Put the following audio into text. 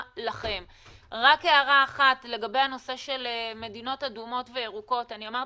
לכל אחת מהמעבדות האלה אנחנו יודעים